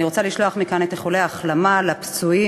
אני רוצה לשלוח מכאן איחולי החלמה לפצועים